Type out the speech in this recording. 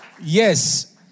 yes